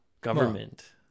government